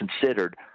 considered